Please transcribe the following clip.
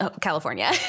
California